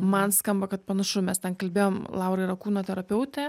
man skamba kad panašu mes ten kalbėjom laura yra kūno terapeutė